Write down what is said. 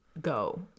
go